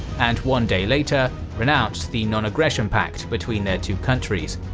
and one day later renounced the non-aggression pact between their two countries.